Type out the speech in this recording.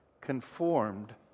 conformed